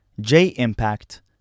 J-Impact